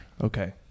Okay